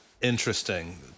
Interesting